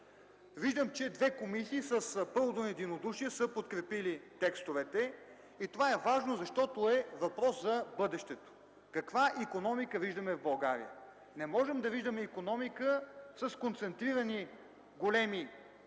Виждам, че две комисии с пълно единодушие са подкрепили текстовете. Това е важно, защото е въпрос за бъдещето – каква икономика виждаме в България. Не можем да виждаме икономика с концентрирани големи бизнес